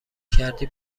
کردی